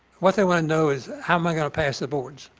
what they want to know is how am i going to pass the boards?